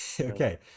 okay